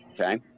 Okay